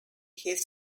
his